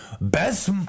best